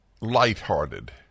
lighthearted